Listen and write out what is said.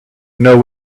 know